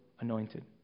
Anointed